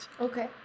Okay